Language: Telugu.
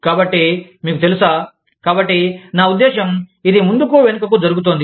కాబట్టి మీకు తెలుసా కాబట్టి నా ఉద్దేశ్యం ఇది ముందుకు వెనుకకు జరుగుతోంది